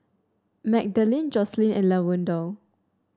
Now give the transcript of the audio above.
Magdalene Jocelynn and Lavonda